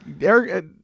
Eric